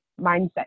mindset